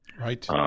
Right